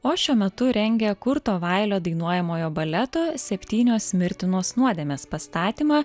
o šiuo metu rengia kurto vailio dainuojamojo baleto septynios mirtinos nuodėmės pastatymą